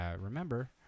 Remember